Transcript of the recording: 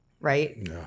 right